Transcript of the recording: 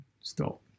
stop